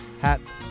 hats